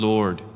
Lord